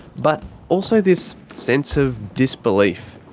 but also this sense of disbelief.